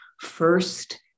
First